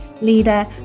leader